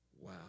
Wow